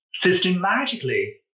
systematically